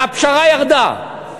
והפשרה ירדה.